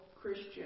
Christian